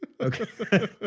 Okay